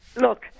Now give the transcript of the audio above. Look